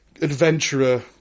adventurer